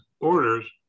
orders